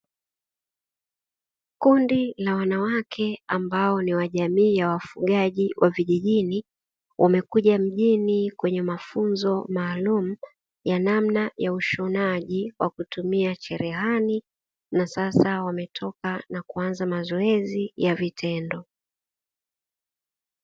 Kundi la wanawake ambao ni jamii ya wafugaji kijijini wamekuja mjini kwenye mafunzo maalumu ya namna ya ushanaji kwa kutumia cherehani, na sasa wametoka na kuanza mazoezi ya vitendo.